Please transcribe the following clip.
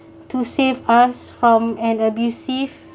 to save us from an abusive